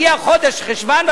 מגיע חודש חשוון,